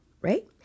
right